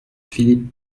philippe